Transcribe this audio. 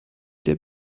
der